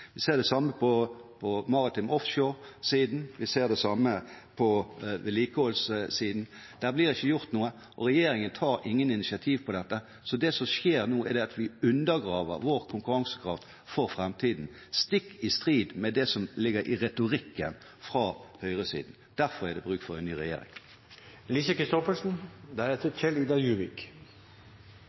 Vi ser det samme på den maritime offshore-siden. Vi ser det samme på vedlikeholdssiden. Det blir ikke gjort noe. Regjeringen tar ingen initiativ når det gjelder dette. Det som skjer nå, er at vi undergraver vår konkurransekraft for framtiden – stikk i strid med det som ligger i retorikken fra høyresiden. Derfor er det bruk for en ny